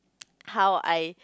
how I